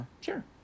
sure